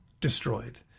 destroyed